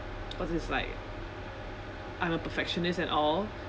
cause it's like I'm a perfectionist and all